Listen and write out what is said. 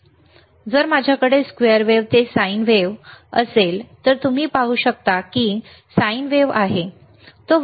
तर आता जर माझ्याकडे स्क्वेअर वेव्ह ते साइन वेव्ह असेल तर तुम्ही पाहू शकता की साइन वेव्ह आहे बरोबर